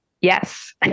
Yes